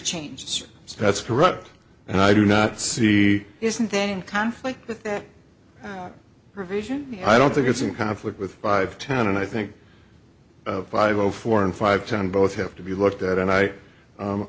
change so that's correct and i do not see isn't thing conflict provision i don't think it's in conflict with five ten and i think five zero four and five ten both have to be looked at and i